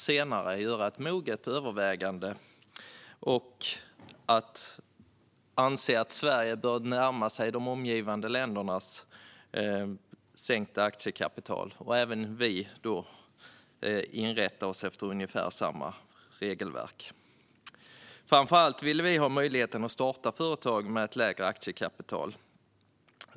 Senare, efter moget övervägande, ansåg vi att Sverige borde närma sig de omgivande ländernas sänkta aktiekapital och inrätta sig efter ungefär samma regelverk. Framför allt ville vi se en möjlighet att starta företag med lägre aktiekapital.